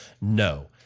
no